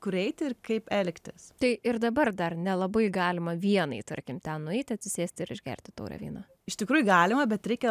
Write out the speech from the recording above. kur eiti ir kaip elgtis tai ir dabar dar nelabai galima vienai tarkim ten nueiti atsisėsti ir išgerti taurę vyno iš tikrųjų galima bet reikia